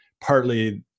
partly